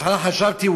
בהתחלה חשבתי,